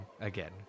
again